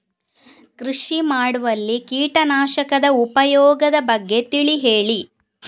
ಕೃಷಿ ಮಾಡುವಲ್ಲಿ ಕೀಟನಾಶಕದ ಉಪಯೋಗದ ಬಗ್ಗೆ ತಿಳಿ ಹೇಳಿ